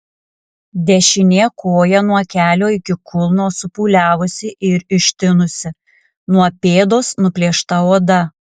dešinė koja nuo kelio iki kulno supūliavusi ir ištinusi nuo pėdos nuplėšta oda